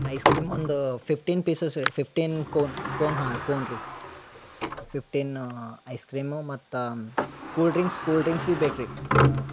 ice cream ಒಂದು fifteen pieces fifteen cone cone ಹಾಂ cone ರೀ ಫಿಫ್ಟೀನ್ ಐಸ್ಕ್ರೀಮು ಮತ್ತು ಕೂಲ್ ಡ್ರಿಂಗ್ಸ್ ಕೂಲ್ ಡ್ರಿಂಗ್ಸ್ ಬಿ ಬೇಕು ರೀ ಹಾಂ